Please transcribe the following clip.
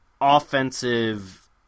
offensive